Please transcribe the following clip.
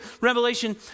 Revelation